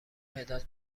مداد